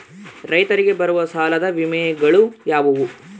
ರೈತರಿಗೆ ಬರುವ ಸಾಲದ ವಿಮೆಗಳು ಯಾವುವು?